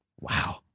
Wow